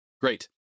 Great